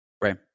Right